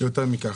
ויותר כך.